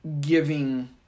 giving